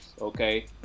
Okay